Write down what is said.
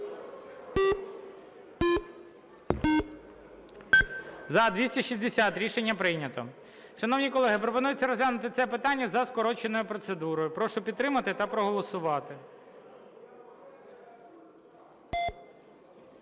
За-260 Рішення прийнято. Шановні колеги, пропонується розглянути це питання за скороченою процедурою. Прошу підтримати та проголосувати.